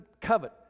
covet